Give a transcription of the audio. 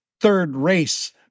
third-race